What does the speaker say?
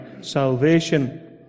salvation